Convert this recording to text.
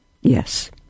Yes